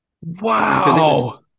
Wow